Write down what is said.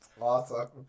Awesome